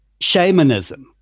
shamanism